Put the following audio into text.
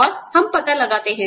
और हम पता लगाते हैं